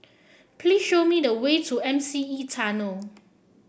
please show me the way to M C E Tunnel